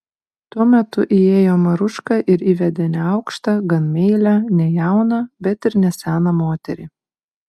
tuo metu įėjo maruška ir įvedė neaukštą gan meilią ne jauną bet ir ne seną moterį